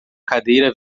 cadeira